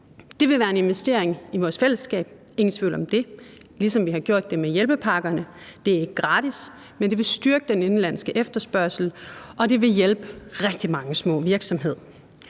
Det ville være en investering i vores fællesskab, ingen tvivl om det, ligesom vi har gjort det med hjælpepakkerne. Det er ikke gratis, men det ville styrke den indenlandske efterspørgsel, og det ville hjælpe rigtig mange små virksomheder.